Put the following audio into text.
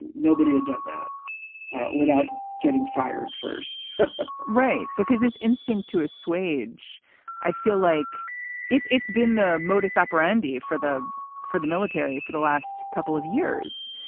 nobody had done that without getting fired first right. because this instinct to assuage i feel like it's it's been the modus operandi for the for the military for the last couple of years.